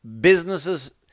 businesses